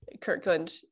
Kirkland